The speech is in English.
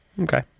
Okay